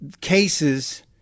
cases